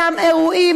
באותם אירועים,